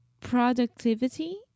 productivity